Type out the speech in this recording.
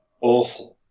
awful